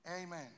Amen